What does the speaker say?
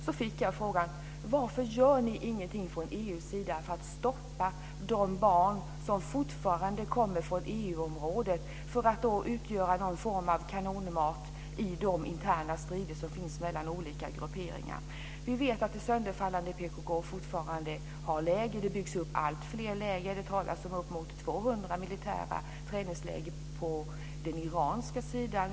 Jag fick frågan varför vi inte gör någonting från EU:s sida för att stoppa de barn som fortfarande kommer från EU området för att utgöra någon form av kanonmat i de interna strider som finns mellan olika grupperingar. Vi vet att det sönderfallande PKK fortfarande har läger. Det byggs upp alltfler läger. Det talas om uppemot 200 militära träningsläger på den iranska sidan.